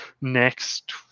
next